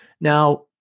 Now